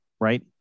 right